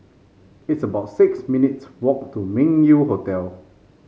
it's about six minutes' walk to Meng Yew Hotel